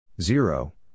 Zero